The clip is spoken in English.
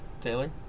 Taylor